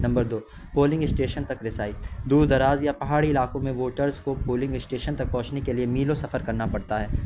number دو polling station تک رسائی دور دراز یا پہاڑی علاقوں میں ووٹرس کو پولنگ اسٹیشن تک پہنچنے کے لیے میلوں سفر کرنا پڑتا ہے